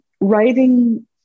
writing